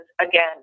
again